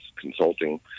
consulting